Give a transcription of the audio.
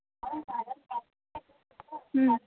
అవును madam percent కు